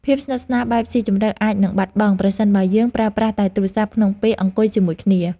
ភាពស្និទ្ធស្នាលបែបស៊ីជម្រៅអាចនឹងបាត់បង់ ប្រសិនបើយើងប្រើប្រាស់តែទូរស័ព្ទក្នុងពេលអង្គុយជាមួយគ្នា។